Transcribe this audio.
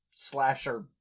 slasher